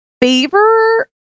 Favor